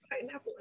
pineapple